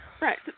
Right